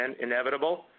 inevitable